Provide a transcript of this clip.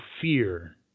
fear